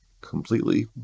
completely